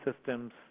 systems